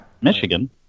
Michigan